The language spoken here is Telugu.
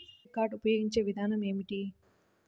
క్రెడిట్ కార్డు ఉపయోగించే విధానం ఏమి?